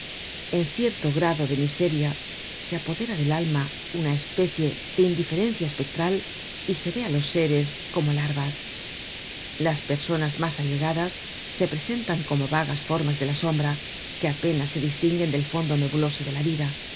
en cierto grado de miseria se apodera del alma una especie de indiferencia espectral y se ve á los seres como larvas las personas mas allegadas se presentan como vagas formas de la sombra que apenas se distinguen del fondo nebuloso de la vida